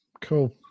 cool